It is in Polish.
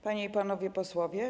Panie i Panowie Posłowie!